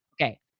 Okay